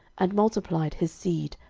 and multiplied his seed,